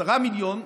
עשרה מיליון,